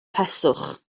peswch